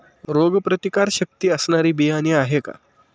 रोगप्रतिकारशक्ती असणारी बियाणे आहे का?